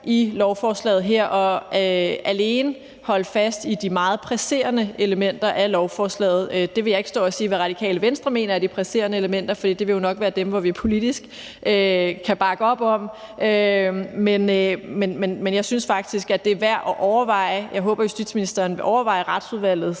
i lovforslaget her og alene holde fast i de meget presserende elementer af lovforslaget. Jeg vil ikke stå og sige, hvad Radikale Venstre mener er de presserende elementer, for det vil jo nok være dem, som vi politisk kan bakke op om, men jeg synes faktisk, at det er værd at overveje. Jeg håber, at justitsministeren vil overveje Retsudvalgets